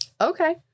Okay